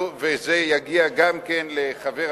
ואילו את החלק השני פיצלנו,